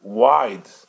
wide